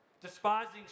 despising